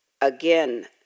again